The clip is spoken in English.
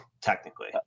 technically